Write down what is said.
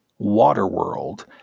Waterworld